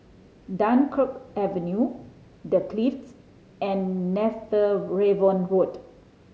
Dunkirk Avenue The Clift and Netheravon Road